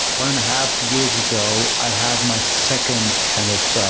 one and a half years ago, i had my second kind of i